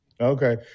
Okay